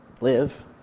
live